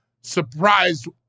surprised